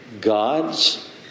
God's